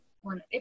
one